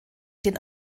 den